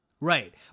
Right